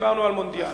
דיברנו על מונדיאל,